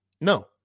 No